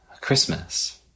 Christmas